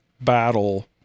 battle